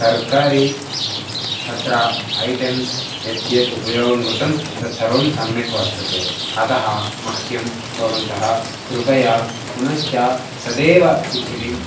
तर्कारी तत्र ऐटम्स् यद्यद् उपयोगं कृतं तत्सर्वं सम्यक् वर्तते अतः मह्यं भवन्तः कृपया पुनश्च तदेव किचडीम्